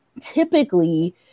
Typically